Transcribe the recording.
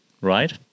right